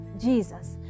Jesus